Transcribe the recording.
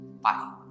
Bye